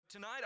Tonight